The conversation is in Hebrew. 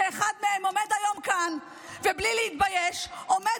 ואחד מהם עומד היום כאן ובלי להתבייש עומד